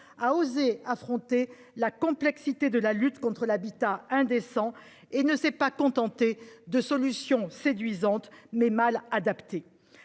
a osé affronter la complexité de la lutte contre l'habitat indécent et ne s'est pas contentée de solutions séduisantes, mais mal adaptées.